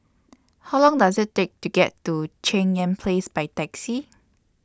How Long Does IT Take to get to Cheng Yan Place By Taxi